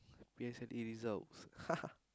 P_S_L_E results